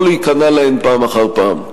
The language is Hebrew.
לא להיכנע להן פעם אחר פעם.